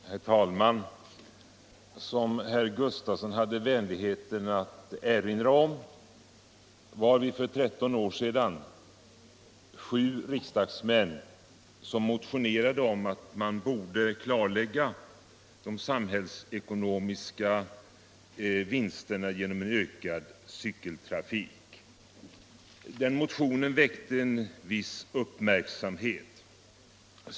Herr talman! Som herr Sven Gustafson i Göteborg hade vänligheten att erinra om var vi för 13 år sedan sju riksdagsmän som motionerade om att man borde klarlägga de samhällsekonomiska vinster som kunde göras genom en ökad cykeltrafik. Motionen väckte en viss uppmärksamhet.